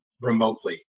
remotely